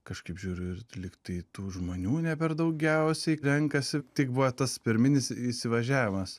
kažkaip žiūriu ir lyg tai tų žmonių ne per daugiausiai renkasi tik buo tas pirminis įsivažiavimas